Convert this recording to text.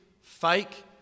fake